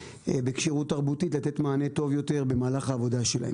בכשירות תרבותית לתת מענה טוב יותר במהלך העבודה שלנו.